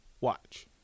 watch